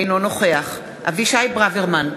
אינו נוכח אבישי ברוורמן,